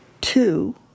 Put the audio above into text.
Two